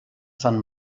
sant